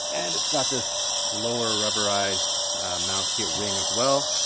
and it's got this lower rubberized mounting ring as well.